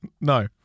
No